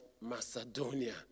Macedonia